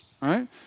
right